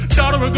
daughter